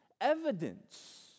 evidence